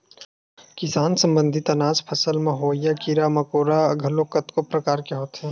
किसानी संबंधित अनाज फसल म होवइया कीरा मकोरा घलोक कतको परकार के होथे